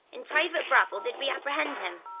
in private brabble did we apprehend him.